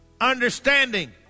understanding